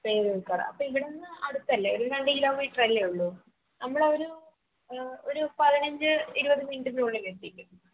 പേരൂർക്കട അപ്പോൾ ഇവിടുന്ന് അടുത്തല്ലേ ഒരു രണ്ട് കിലോമീറ്റർ അല്ലേ ഉള്ളൂ നമ്മൾ ആ ഒരു ഒരു പതിനഞ്ച് ഇരുപത് മിനിറ്റിനുള്ളിൽ എത്തിക്കും